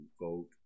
vote